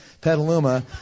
Petaluma